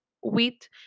wheat